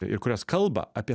ir kurios kalba apie